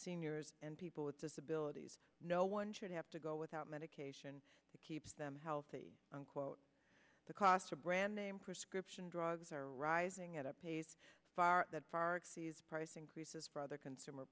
seniors and people with disabilities no one should have to go without medication to keep them healthy unquote the cost of brand name prescription drugs are rising at a pace that far exceeds price increases for other consumer